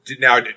Now